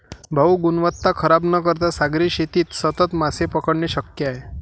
भाऊ, गुणवत्ता खराब न करता सागरी शेतीत सतत मासे पकडणे शक्य आहे